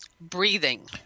breathing